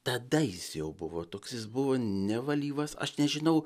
tada jis jau buvo toks jis buvo nevalyvas aš nežinau